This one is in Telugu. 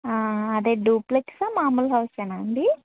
అదే డూప్లెక్స్ మామూలు హౌసేనా అండి